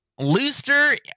Looster